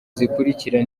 zikurikira